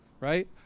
Right